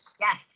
Yes